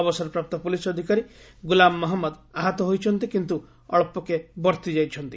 ଅବସରପ୍ରାପ୍ତ ପୁଲିସ୍ ଅଧିକାରୀ ଗୁଲାମ ମହମ୍ମଦ ଆହତ ହୋଇଛନ୍ତି କିନ୍ତୁ ଅଞ୍ଚକେ ବର୍ତ୍ତି ଯାଇଛନ୍ତି